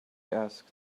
asked